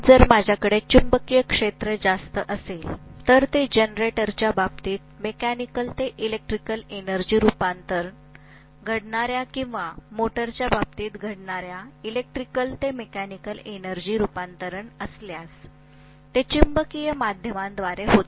जर माझ्याकडे चुंबकीय क्षेत्र जास्त असेल तर ते जनरेटरच्या बाबतीत मेकॅनिकल ते इलेक्ट्रिकल एनर्जी रूपांतरण घडणाऱ्या किंवा मोटरच्या बाबतीत घडणाऱ्या इलेक्ट्रिकल ते मेकॅनिकल एनर्जी रूपांतरण असल्यास ते चुंबकीय माध्यमांद्वारे होते